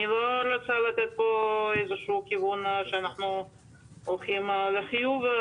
אני לא רוצה לתת איזשהו כיוון שאנחנו הולכים לחיוב.